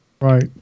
Right